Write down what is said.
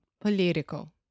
Political